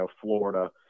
Florida